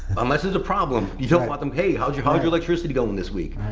unless there's a problem, you don't want them, hey, how's your how's your electricity going this week?